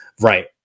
right